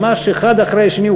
ממש האחד אחרי השני,